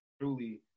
truly